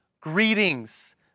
Greetings